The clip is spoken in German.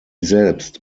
selbst